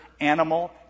animal